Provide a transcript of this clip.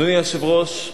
אדוני היושב-ראש,